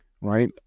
right